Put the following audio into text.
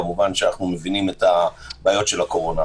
כמובן אנחנו מבינים את הבעיות של הקורונה,